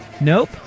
Nope